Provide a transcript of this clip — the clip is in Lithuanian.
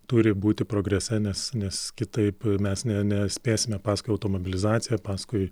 turi būti progrese nes nes kitaip mes ne nespėsime paskui automobilizaciją paskui